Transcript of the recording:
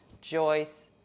Joyce